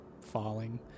falling